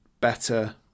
better